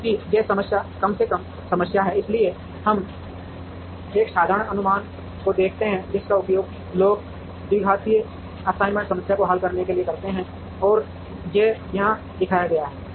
क्योंकि यह समस्या कम से कम समस्या है इसलिए हम एक साधारण अनुमान को देखते हैं जिसका उपयोग लोग द्विघात असाइनमेंट समस्या को हल करने के लिए करते रहे हैं और यह यहाँ दिखाया गया है